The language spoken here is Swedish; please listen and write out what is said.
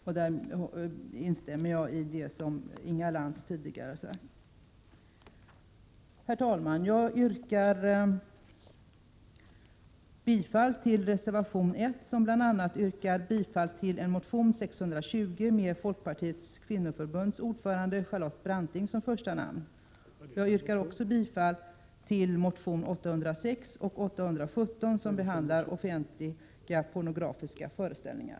Jag instämmer i det Inga Lantz tidigare sade. Herr talman! Jag yrkar bifall till reservation 1, som bl.a. tar upp yrkandet i motion Ju620 — med folkpartiets kvinnoförbunds ordförande Charlotte Branting som första namn. Jag yrkar också bifall till motion Ju806 och Ju817 som behandlar offentliga pornografiska föreställningar.